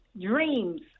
Dreams